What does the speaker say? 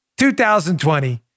2020